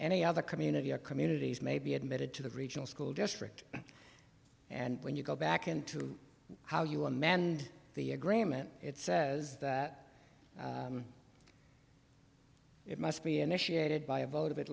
any other community communities may be admitted to the regional school district and when you go back into how you are man and the agreement it says that it must be initiated by a vote of at